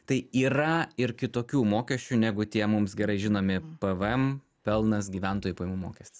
tai yra ir kitokių mokesčių negu tie mums gerai žinomi pvm pelnas gyventojų pajamų mokestis